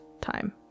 time